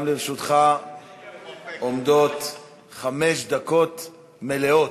גם לרשותך עומדות חמש דקות מלאות.